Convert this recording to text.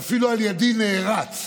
כל כך הרבה שנים, ואפילו נערץ,